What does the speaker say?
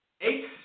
eight